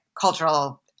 cultural